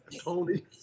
Tony